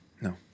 No